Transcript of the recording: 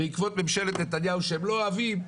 בעקבות ממשלת נתניהו שהם לא אוהבים,